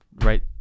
right